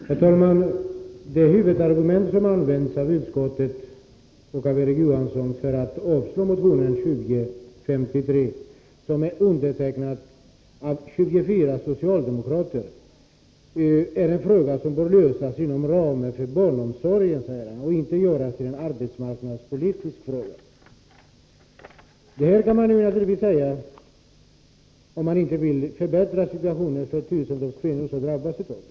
Herr talman! Det huvudargument som används av utskottet och av Erik Johansson för att avstyrka motion 2053, undertecknad av 24 socialdemokrater, är att den gäller ett problem som får lösas inom ramen för barnomsorgen och inte göras till en arbetsmarknadspolitisk fråga. Det kan man naturligtvis säga, om man inte vill förbättra situationen för tusentals kvinnor som drabbas av detta problem.